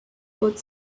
both